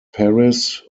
paris